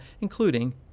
including